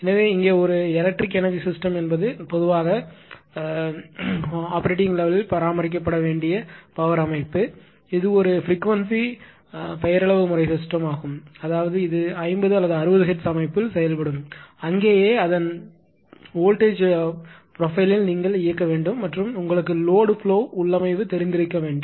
எனவே இங்கே ஒரு எலக்ட்ரிக் எனர்ஜி சிஸ்டம் என்பது பொதுவாக விரும்பிய ஒப்பரேட்டிங் லெவலில் பராமரிக்கப்பட வேண்டிய பவர் அமைப்பு இது ஒரு பிரிகுவென்ஸி பெயரளவு முறை சிஸ்டம் ஆகும் அதாவது இது 50 அல்லது 60 ஹெர்ட்ஸ் அமைப்பில் செயல்படும் அங்கேயே அதன் வோல்ட்டேஜ் ப்ரொபைலில் நீங்கள் இயக்க வேண்டும் மற்றும் உங்களுக்கு லோடு ப்லொவ் உள்ளமைவு தெரிந்திருக்க வேண்டும்